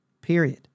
period